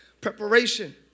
Preparation